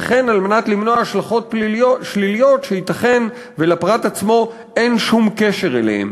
וכן למנוע השלכות שליליות שייתכן שלפרט עצמו אין שום קשר אליהן.